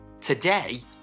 Today